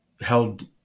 held